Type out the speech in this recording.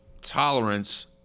tolerance